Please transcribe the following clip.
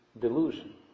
delusion